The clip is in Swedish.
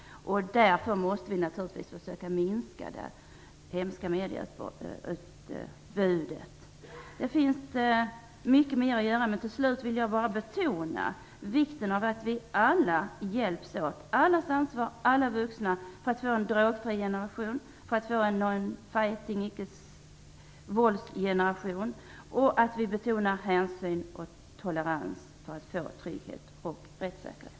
Därför måste vi naturligtvis försöka minska det hemska medieutbudet. Det finns mycket mer att göra. Men jag vill till sist bara betona vikten av att vi alla hjälps åt. Alla vuxna har ansvar för att vi skall få en drogfri generation och en icke-våldsgeneration. Vi måste betona hänsyn och tolerans för att vi skall få trygghet och rättssäkerhet.